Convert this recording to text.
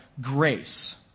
grace